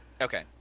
Okay